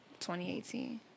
2018